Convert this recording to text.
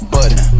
Button